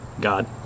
God